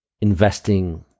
investing